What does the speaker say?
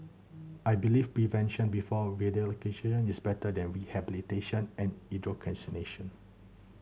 I believe prevention before is better than rehabilitation and indoctrination